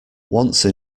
once